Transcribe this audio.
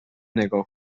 نگاه